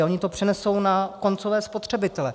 Oni to přenesou na koncové spotřebitele.